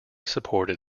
supported